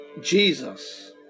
Jesus